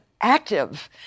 active